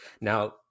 Now